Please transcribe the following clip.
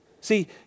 See